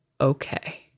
okay